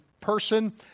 person